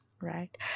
Right